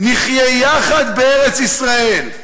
נחיה יחד בארץ-ישראל.